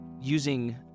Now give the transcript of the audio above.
using